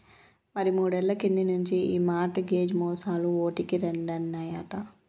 మరి మూడేళ్ల కింది నుంచి ఈ మార్ట్ గేజ్ మోసాలు ఓటికి రెండైనాయట